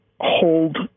hold